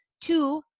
two